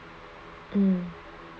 um